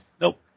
Nope